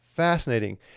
fascinating